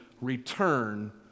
return